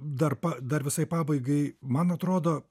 dar pa dar visai pabaigai man atrodo